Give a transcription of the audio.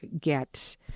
get